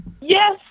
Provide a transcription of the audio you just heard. Yes